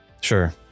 Sure